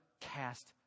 cast